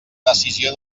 decisió